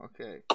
Okay